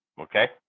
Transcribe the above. okay